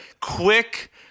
quick